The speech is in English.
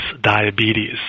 diabetes